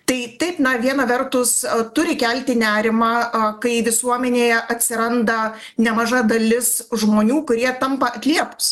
tai taip na viena vertus turi kelti nerimą kai visuomenėje atsiranda nemaža dalis žmonių kurie tampa atliepūs